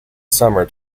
summer